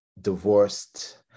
divorced